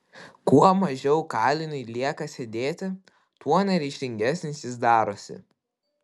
kuo mažiau kaliniui lieka sėdėti tuo neryžtingesnis jis darosi